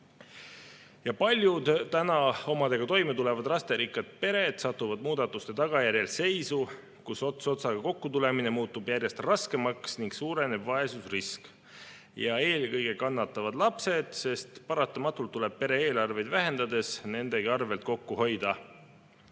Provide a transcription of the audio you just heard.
Paljud täna omadega toime tulevad lasterikkad pered satuvad muudatuste tagajärjel seisu, kus ots otsaga kokkutulemine muutub järjest raskemaks ning suureneb vaesusrisk. Eelkõige kannatavad lapsed, sest paratamatult tuleb pere-eelarveid vähendades nendegi arvelt kokku hoida.